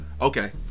Okay